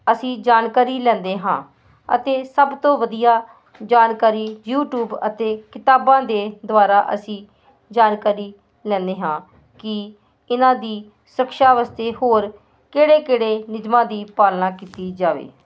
ਅਸੀਂ ਜਾਣਕਾਰੀ ਲੈਂਦੇ ਹਾਂ ਅਤੇ ਸਭ ਤੋਂ ਵਧੀਆ ਜਾਣਕਾਰੀ ਯੂਟਿਊਬ ਅਤੇ ਕਿਤਾਬਾਂ ਦੇ ਦੁਆਰਾ ਅਸੀਂ ਜਾਣਕਾਰੀ ਲੈਂਦੇ ਹਾਂ ਕਿ ਇਹਨਾਂ ਦੀ ਸ਼ਕਸ਼ਾ ਵਾਸਤੇ ਹੋਰ ਕਿਹੜੇ ਕਿਹੜੇ ਨਿਯਮਾਂ ਦੀ ਪਾਲਣਾ ਕੀਤੀ ਜਾਵੇ